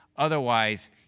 Otherwise